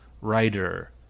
writer